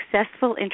successful